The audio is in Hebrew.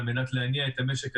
על מנת להניע את המשק קדימה,